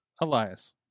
Elias